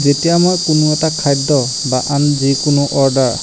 যেতিয়া মই কোনো এটা খাদ্য বা আন যিকোনো অৰ্ডাৰ